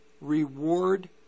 reward